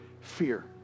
fear